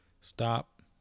stop